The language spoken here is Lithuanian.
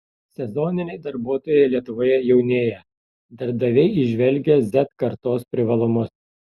sezoniniai darbuotojai lietuvoje jaunėja darbdaviai įžvelgia z kartos privalumus